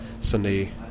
Sunday